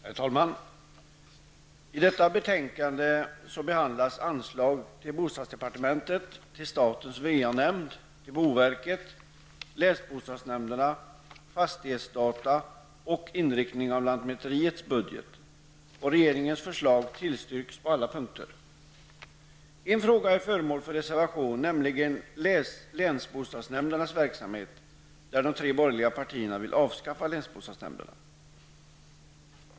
Herr talman! I detta betänkande behandlas anslag till bostadsdepartementet, statens va-nämnd, boverket, länsbostadsnämnderna och fastighetsdata samt inriktningen på lantmäteriets budget. Regeringens förslag tillstyrks på alla punkter. En fråga är föremål för reservation -- nämligen länsbostadsnämndernas verksamhet -- där de tre borgerliga partierna vill avskaffa länsbostadsnämnderna.